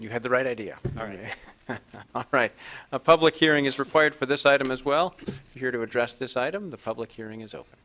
you had the right idea are you right a public hearing is required for this item as well here to address this item the public hearing is open